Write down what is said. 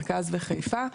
מרכז וחיפה.